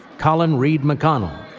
colin reed mcconnell.